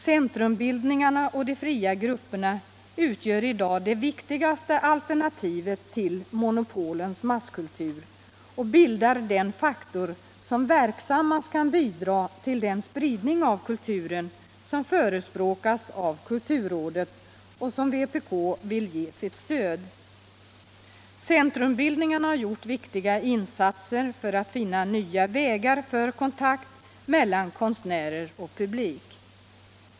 Centrumbildningarna och de ”fria” grupperna utgör i dag det viktigaste alternativet till monopolens masskultur och den faktor som verksammast kan bidra till den spridning av kulturen som förespråkas av kulturrådet och som vpk vill ge sitt stöd. Centrumbildningarna har gjort viktiga insatser för att finna nya vägar för kontakt mellan konstnärer och publik.